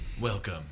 Welcome